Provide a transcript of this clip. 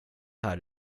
här